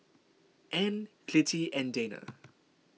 Ann Clytie and Dayna